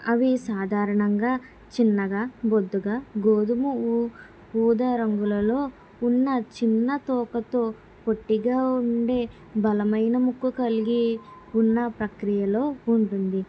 అవి సాధారణంగా చిన్నగా బొద్దుగా గోధుమము ఊదా రంగులలో ఉన్న చిన్న తోకతో పొట్టిగా ఉండే బలమైన ముక్కు కలిగి ఉన్న ప్రక్రియలో ఉంటుంది